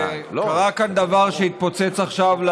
קרה כאן דבר שהתפוצץ עכשיו,